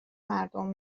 مردم